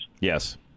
Yes